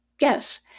Yes